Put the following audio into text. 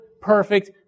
perfect